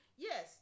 Yes